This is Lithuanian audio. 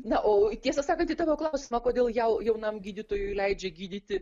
na o tiesą sakant į tavo klausimą kodėl jau jaunam gydytojui leidžia gydyti